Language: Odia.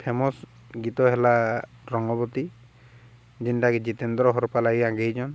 ଫେମସ୍ ଗୀତ ହେଲା ରଙ୍ଗବତୀ ଯେନ୍ଟାକି ଜିତେନ୍ଦ୍ର ହରପା ଲାଗି ଆଗେଇଛନ୍